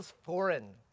foreign